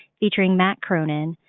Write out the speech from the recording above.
featuring matt cronin.